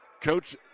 Coach